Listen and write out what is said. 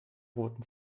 roten